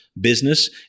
business